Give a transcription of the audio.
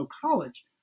college